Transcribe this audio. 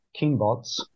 Kingbots